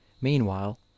meanwhile